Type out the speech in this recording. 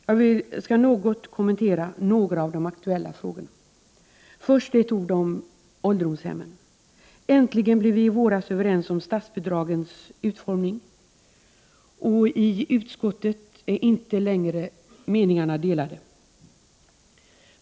Jag skall något kommentera några av de aktuella frågorna. Först vill jag säga ett par ord om ålderdomshemmen. Äntligen kom partierna i våras överens om statsbidragens utformning, och i utskottet är meningarna inte längre delade.